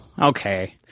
okay